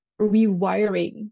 rewiring